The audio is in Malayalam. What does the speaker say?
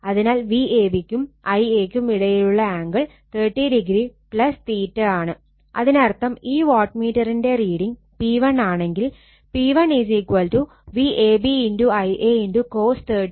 അതിനാൽ Vab ക്കും Ia ക്കും ഇടയിലുള്ള ആംഗിൾ 30o ആണ് അതിനർത്ഥം ഈ വാട്ട് മീറ്ററിന്റെ റീഡിങ് P1 ആണെങ്കിൽ P1 Vab × Ia × cos 30o